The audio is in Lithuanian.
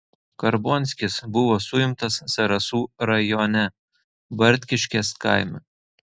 karbonskis buvo suimtas zarasų rajone bartkiškės kaime